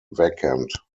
vacant